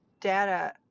data